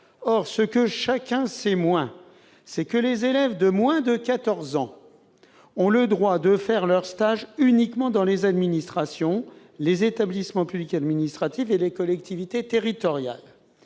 Or, ce que chacun sait moins, c'est que les élèves de moins de quatorze ans n'ont le droit de faire leur stage que dans les administrations, les établissements publics administratifs et les collectivités territoriales.